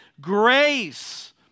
grace